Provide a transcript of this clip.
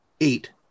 eight